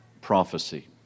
prophecy